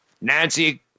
Nancy